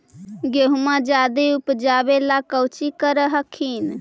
गेहुमा जायदे उपजाबे ला कौची कर हखिन?